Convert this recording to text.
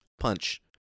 punch